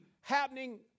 happening